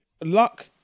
luck